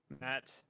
Matt